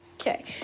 okay